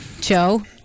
Joe